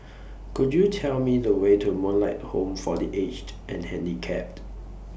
Could YOU Tell Me The Way to Moonlight Home For The Aged and Handicapped